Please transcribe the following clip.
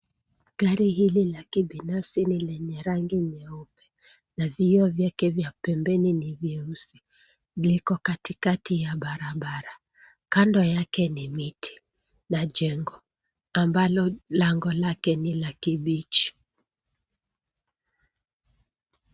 Gari hili la kibinafsi ni lenye rangi nyeupe, na vioo vyake vya pembeni ni vyeusi. Liko katikati ya barabara. Kando yake ni miti , na jengo ambalo lango lake ni la kibichi.